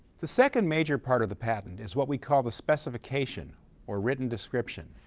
the second major part of the patent is what we call the specification or written description.